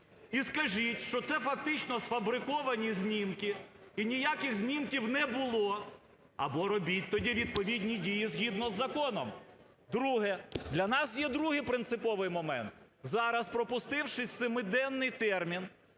і скажіть, що це фактично сфабриковані знімки і ніяких знімків не було, або робіть тоді відповідні дії згідно з законом. Друге. Для нас є другий принциповий момент, зараз пропустивши семиденний термін